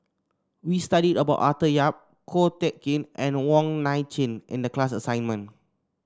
we studied about Arthur Yap Ko Teck Kin and Wong Nai Chin in the class assignment